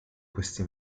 questi